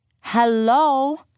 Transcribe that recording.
Hello